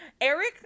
eric